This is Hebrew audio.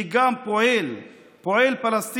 אדוני היושב-ראש,